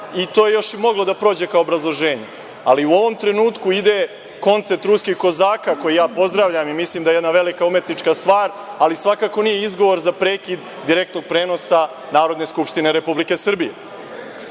i to je još i moglo da prođe kao obrazloženje, ali u ovom trenutku ide koncert ruskih Kozaka, koji ja pozdravljam i mislim da je jedna velika umetnička stvar, ali svakako nije izgovor za prekid direktnog prenosa Narodne skupštine Republike